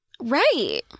Right